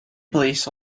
police